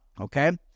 okay